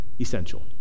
essential